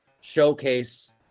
showcase